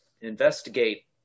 investigate